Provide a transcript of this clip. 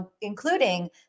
including